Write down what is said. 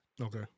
Okay